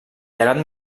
llegat